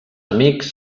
amics